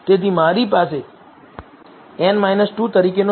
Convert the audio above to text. તેથી મારી પાસે n 2 તરીકેનો છેદ છે